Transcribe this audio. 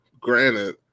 granted